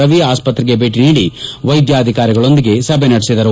ರವಿ ಆಸ್ಪತ್ರೆಗೆ ಭೇಟಿ ನೀಡಿ ವೈದ್ಯಾಧಿಕಾರಿಗಳೊಂದಿಗೆ ಸಭೆ ನಡೆಸಿದರು